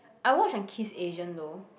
I watch on Kiss Asian though